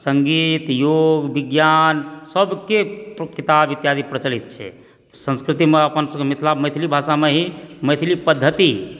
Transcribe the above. सङ्गीत योग विज्ञान सबके किताब इत्यादि प्रचलित छै संस्कृतिमई संस्कृतिमे अपन सबके मैथिली भाषामे ही मैथिली पद्धति